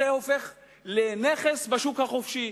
זה הופך לנכס בשוק החופשי.